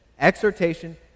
exhortation